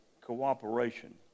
cooperation